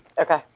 Okay